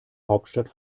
hauptstadt